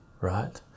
right